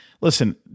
listen